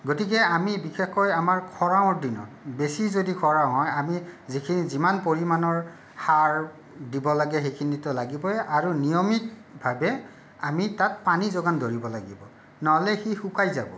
গতিকে আমি বিশেষকৈ আমাৰ খৰাঙৰ দিনত বেছি যদি খৰাং হয় আমি যিখিনি যিমান পৰিমাণৰ সাৰ দিব লাগে সেইখিনিতো লাগিবই আৰু নিয়মিতভাৱে আমি তাত পানী যোগান ধৰিব লাগিব নহ'লে সি শুকাই যাব